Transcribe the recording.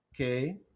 okay